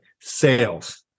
Sales